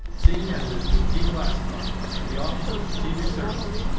seeing as it has been declassified that the office of strategic services.